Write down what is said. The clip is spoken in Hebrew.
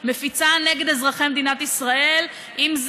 יש דברים יותר חשובים לפעמים.